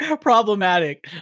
Problematic